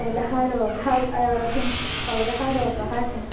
भवतः रोगः किं भवतः रोगः किम्